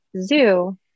zoo